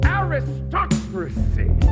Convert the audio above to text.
aristocracy